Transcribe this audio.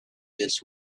this